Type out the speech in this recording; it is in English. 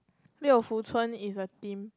Liu-Fu-Cun is a theme